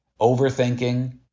overthinking